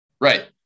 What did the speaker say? Right